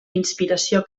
inspiració